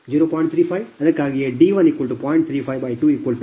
35 ಅದಕ್ಕಾಗಿಯೇಲ್ಯಾಂಬ್ಡಾ d10